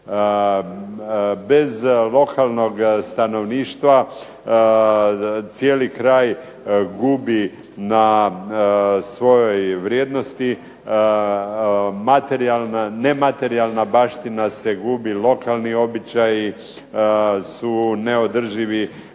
Bez lokalnog stanovništva cijeli kraj gubi na svojoj vrijednosti. Nematerijalna baština se gubi, lokalni običaji su neodrživi